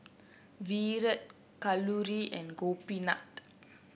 Virat Kalluri and Gopinath